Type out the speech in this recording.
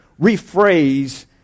rephrase